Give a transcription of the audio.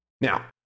Now